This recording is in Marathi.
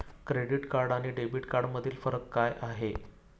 क्रेडिट कार्ड आणि डेबिट कार्डमधील फरक काय आहे?